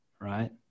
right